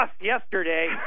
yesterday